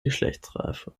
geschlechtsreife